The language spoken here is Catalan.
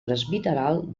presbiteral